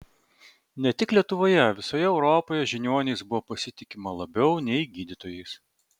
ne tik lietuvoje visoje europoje žiniuoniais buvo pasitikima labiau nei gydytojais